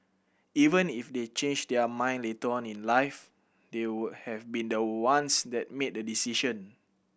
even if they change their mind later on in life they would have been the ones that made the decision